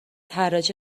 حراجی